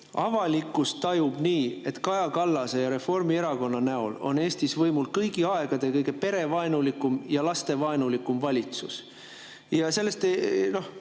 avalikkus, et Kaja Kallase ja Reformierakonna näol on Eestis võimul kõigi aegade kõige perevaenulikum ja lastevaenulikum valitsus. Sellest ei